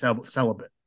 celibate